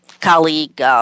colleague